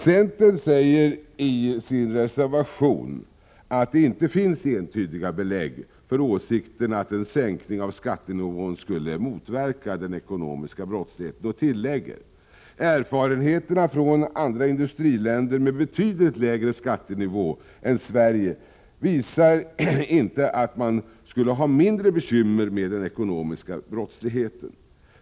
Centern säger i sin reservation att det inte finns entydiga belägg för åsikten att en sänkning av skattenivån skulle motverka den ekonomiska brottsligheten och tillägger att erfarenheterna från andra industriländer med betydligt lägre skattenivå än Sverige inte visar att man skulle ha mindre bekymmer med den ekonomiska brottsligheten.